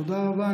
תודה רבה.